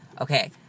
Okay